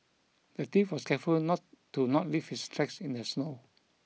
the thief was careful not to not leave his tracks in the snow